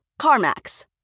CarMax